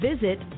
visit